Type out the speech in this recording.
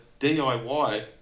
DIY